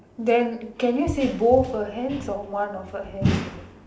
then can you see both her hands or one of her hands only